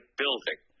building